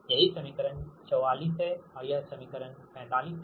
यह समीकरण 44 है और यह समीकरण 45 है